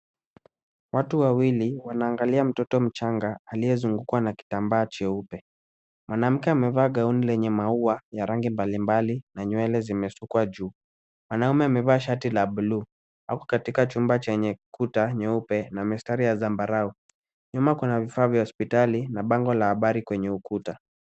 Watu wawili wanaangalia mtoto mchanga aliyezungukwa na kitambaa cheupe. Mwanamke amevaa gauni lenye maua ya rangi mbali mbali na nywele zimefungwa juu. Mwanamume amevaa shati la buluu. Wako katika chumba chenye kuta nyeupe na mistari ya zambarau. Nyuma kuna vifaa vya hospitali na bango la habari kwenye ukuta.